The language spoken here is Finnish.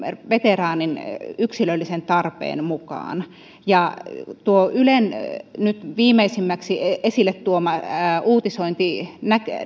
veteraanin yksilöllisen tarpeen mukaan tuo ylen nyt viimeisimmäksi esille tuoma uutisointi